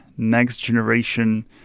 next-generation